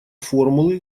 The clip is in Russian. формулы